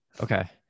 Okay